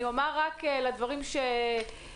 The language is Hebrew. אני אומר לגבי הדברים שציינת,